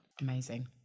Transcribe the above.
Amazing